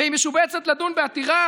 והיא משובצת לדון בעתירה